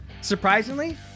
Surprisingly